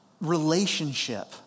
relationship